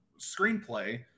screenplay